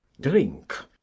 Drink